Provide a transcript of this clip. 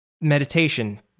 meditation